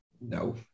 No